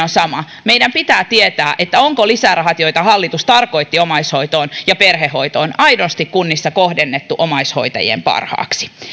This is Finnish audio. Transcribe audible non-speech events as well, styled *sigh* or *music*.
*unintelligible* on sama meidän pitää tietää onko lisärahat joita hallitus tarkoitti omaishoitoon ja perhehoitoon aidosti kunnissa kohdennettu omaishoitajien parhaaksi